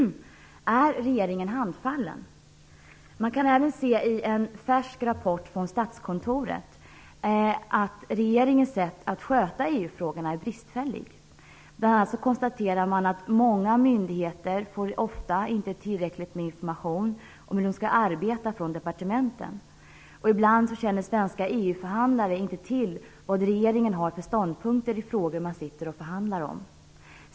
Är regeringen handfallen? Man kan även se i en färsk rapport från Statskontoret att regeringens sätt att sköta EU-frågorna är bristfälligt. Man konstaterar bl.a. att många myndigheter ofta inte får tillräckligt med information från departementen om hur de skall arbeta och att svenska EU-förhandlare ibland inte känner till vad regeringen har för ståndpunkter i frågor de sitter och förhandlar om.